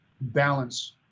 balance